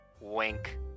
wink